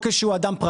לא עשו טיח,